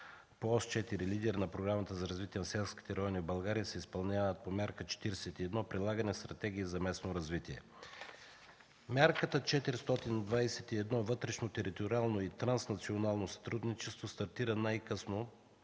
Ос 4 – „Лидер”, на Програмата за развитие на селските райони в България се изпълнява по Мярка 41 – „Прилагане на стратегия за местно развитие”. Мярка 421 „Вътрешно териториално и транснационално сътрудничество” стартира най-късно